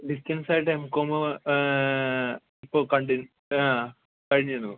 ഡിസ്റ്റൻസായിട്ട് M Com ഇപ്പോൾ continue കഴിഞ്ഞിരുന്നു